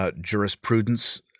jurisprudence